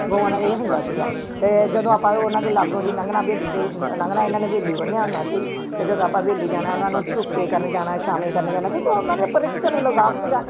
ਗਊਆਂ ਦਾ ਇਹ ਹੁੰਦਾ ਸੀਗਾ ਅਤੇ ਜਦੋਂ ਆਪਾਂ ਉਹਨਾਂ ਦੇ ਲਾਗੋਂ ਦੀ ਲੰਘਣਾ ਹਵੇਲੀ ਤੋਂ ਲੰਘਣਾ ਇਹਨਾਂ ਨੇ ਹਵੇਲੀ ਬੰਨੀਆ ਹੁੰਦਾ ਸੀ ਅਤੇ ਜਦੋਂ ਆਪਾਂ ਹਵੇਲੀ ਜਾਣਾ ਉਹਨਾਂ ਨੂੰ ਧੁੱਪੇ ਕਰਨ ਜਾਣਾ ਸ਼ਾਮੇਂ ਕਰਨ ਜਾਣਾ ਕਿਉਂਕਿ ਉਹਨਾਂ ਦੇ ਪਰੇ ਤੇ ਤੁਹਾਨੂੰ ਲਗਾਅ ਸੀਗਾ